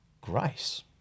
grace